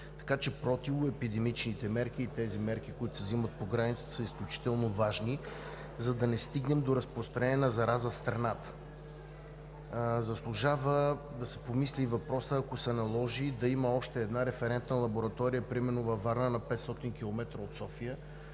Така че противоепидемичните мерки и тези мерки, които се взимат по границата, са изключително важни, за да не стигнем до разпространение на зараза в страната. Заслужава да се помисли и по въпроса, ако се наложи, да има още една референтна лаборатория примерно във Варна – на 500 км от София,